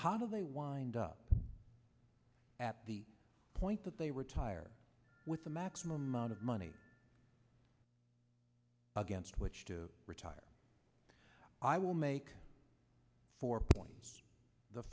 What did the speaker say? how do they wind up at the point that they retire with the maximum amount of money against which to retire i will make four points the